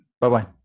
Bye-bye